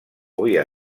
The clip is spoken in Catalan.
havia